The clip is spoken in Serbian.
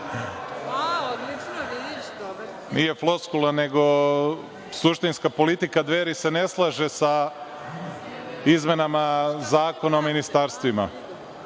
Nije floskula, nego se suštinska politika Dveri ne slaže sa izmenama Zakona o ministarstvima.